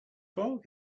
frog